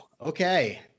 Okay